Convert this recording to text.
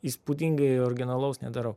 įspūdingai originalaus nedarau